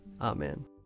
Amen